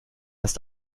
ist